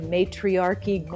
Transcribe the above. Matriarchy